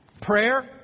Prayer